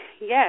Yes